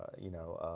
you know,